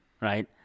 right